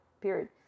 period